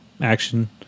action